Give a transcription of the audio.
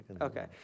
Okay